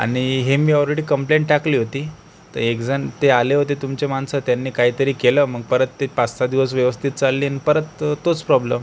आणि हे मी ऑलरेडी कम्पलेंट टाकली होती तर एकजण ते आले होते तुमची माणसं त्यांनी काय तरी केलं मग परत ते पाचसहा दिवस व्यवस्थित चालले परत तोच प्रॉब्लेम